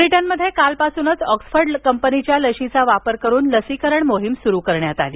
ब्रिटनमध्ये कालपासूनच ऑक्सफर्ड कंपनीच्या लशीचा वापर करून लसीकरण मोहीम सुरू करण्यात आली